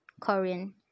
Korean